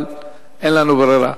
אבל אין לנו ברירה.